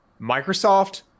Microsoft